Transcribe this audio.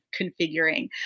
configuring